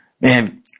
Man